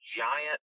giant